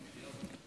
אדוני היושב-ראש,